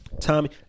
Tommy